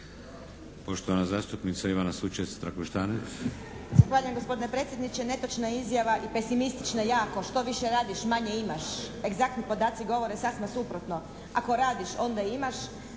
Poštovana zastupnica Ivana Sučec-Trakoštanec.